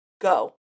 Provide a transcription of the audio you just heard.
Go